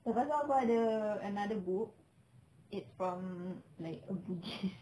lepas tu aku ada another book it's from like a buddhist